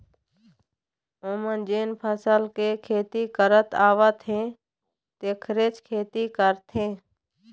ओमन जेन फसल के खेती करत आवत हे तेखरेच खेती करथे